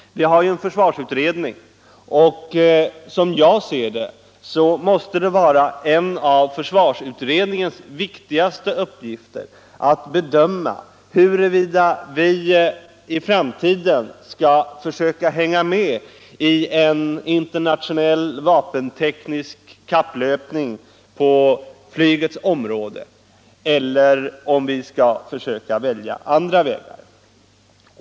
Vi har en försvarsutredning, och det måste vara en av denna utrednings viktigaste uppgifter att bedöma huruvida vi i framtiden skall försöka hänga med i en internationell, vapenteknisk kapplöpning på flygets område eller om vi skall välja andra vägar.